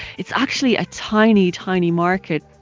it's actually a tiny, tiny market,